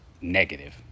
negative